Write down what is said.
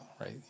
right